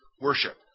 worship